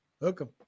Welcome